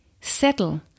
settle